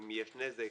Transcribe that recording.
האם יש נזק,